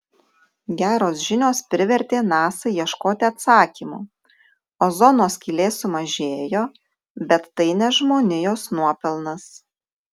geros žinios privertė nasa ieškoti atsakymų ozono skylė sumažėjo bet tai ne žmonijos nuopelnas